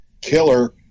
killer